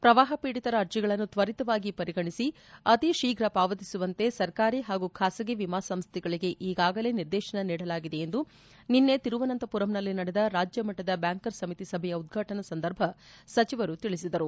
ಪ್ರವಾಹ ಪೀಡಿತರ ಅರ್ಜಿಗಳನ್ನು ತ್ವರಿತವಾಗಿ ಪರಿಗಣಿಸಿ ಅತಿಶೀಘ ಪಾವತಿಸುವಂತೆ ಸರ್ಕಾರಿ ಹಾಗೂ ಬಾಸಗಿ ವಿಮಾ ಸಂಸ್ಥೆಗಳಿಗೆ ಈಗಾಗಲೇ ನಿರ್ದೇಶನ ನೀಡಲಾಗಿದೆ ಎಂದು ನಿನ್ನೆ ತಿರುವನಂತಪುರಂನಲ್ಲಿ ನಡೆದ ರಾಜ್ಯ ಮಟ್ಟದ ಬ್ಚಾಂಕರ್ಸ್ ಸಮಿತಿ ಸಭೆಯ ಉದ್ವಾಟನಾ ಸಂದರ್ಭ ಸಚಿವರು ತಿಳಿಸಿದರು